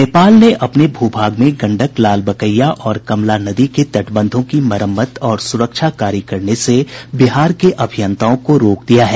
नेपाल ने अपने भू भाग में गंडक लालबकैया और कमला नदी के तटबंधों की मरम्मत और सुरक्षा कार्य करने से बिहार के अभियंताओं को रोक दिया है